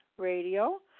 Radio